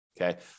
okay